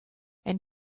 and